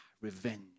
revenge